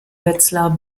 wetzlar